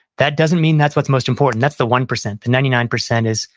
that doesn't mean that's what's most important. that's the one percent the ninety nine percent is,